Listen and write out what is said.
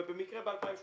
ובמקרה ב-2018